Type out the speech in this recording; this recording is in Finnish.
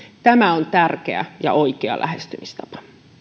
tämä on tärkeä ja oikea lähestymistapa